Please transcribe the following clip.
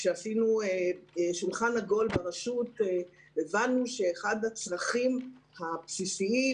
כשעשינו שולחן עגול ברשות הבנו שאחד הצרכים הבסיסיים